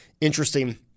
interesting